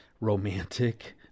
romantic